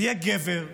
תהיה גבר,